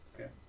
Okay